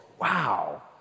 Wow